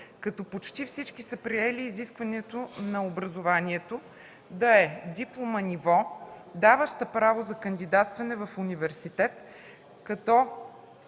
и почти всички са приели изискването на образованието да е диплома ниво, даваща право за кандидатстване в университет, като